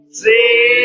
see